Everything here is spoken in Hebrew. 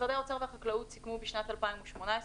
משרדי האוצר והחקלאות סיכמו בשנת 2018,